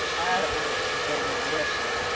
looks delicious.